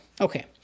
Okay